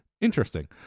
interesting